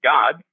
God